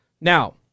Now